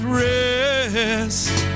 rest